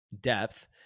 depth